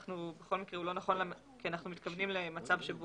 בכל מקרה הוא לא נכון כי אנחנו מתכוונים למצב הוא